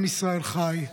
עם ישראל חי,